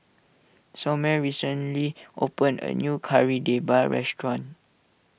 Somer recently opened a new Kari Debal restaurant